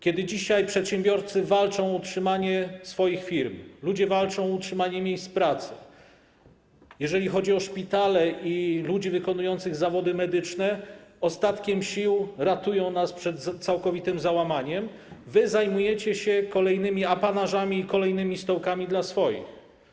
Kiedy dzisiaj przedsiębiorcy walczą o utrzymanie swoich firm, kiedy ludzie walczą o utrzymanie miejsc pracy, kiedy ludzie w szpitalach i ludzie wykonujący zawody medyczne ostatkiem sił ratują nas przed całkowitym załamaniem, wy zajmujecie się kolejnymi apanażami i kolejnymi stołkami dla swoich.